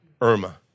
Irma